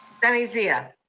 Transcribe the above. sunny zia.